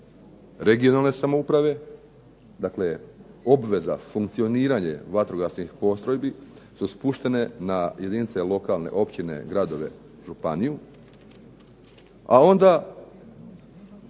regionalne samouprave, dakle obveza funkcioniranje vatrogasnih postrojbi su spuštene na jedinice lokalne, općine, gradove, županiju. A onda